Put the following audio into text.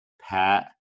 Pat